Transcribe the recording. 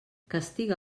castiga